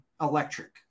electric